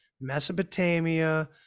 mesopotamia